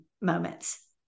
moments